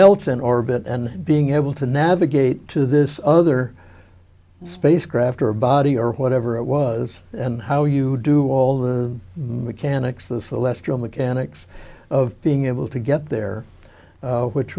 else in orbit and being able to navigate to this other spacecraft or body or whatever it was and how you do all the mechanics the celestial mechanics of being able to get there which